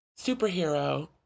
superhero